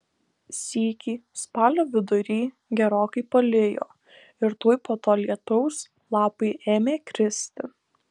sykį spalio vidury gerokai palijo ir tuoj po to lietaus lapai ėmė kristi